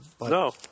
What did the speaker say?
No